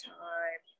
time